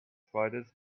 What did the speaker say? spiders